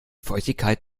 feuchtigkeit